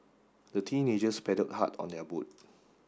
the teenagers paddled hard on their boat